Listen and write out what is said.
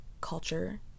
culture